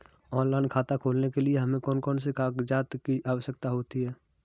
Online खाता खोलने के लिए हमें कौन कौन से कागजात की आवश्यकता होती है?